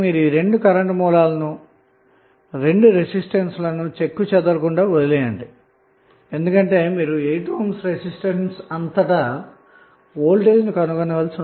మీరు ఈ రెండు కరెంటు సోర్స్ లను మరియు రెండు రెసిస్టెన్స్ ల ను చెక్కుచెదరకుండా వదిలేసి 8 ohm రెసిస్టెన్స్ అంతటా గల వోల్టేజ్ను కనుగొందాము